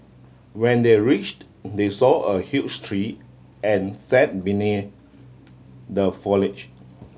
when they reached they saw a huge tree and sat the foliage